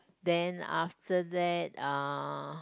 then after that uh